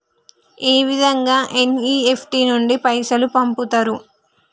ఏ విధంగా ఎన్.ఇ.ఎఫ్.టి నుండి పైసలు పంపుతరు?